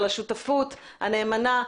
על השותפות הנאמנה.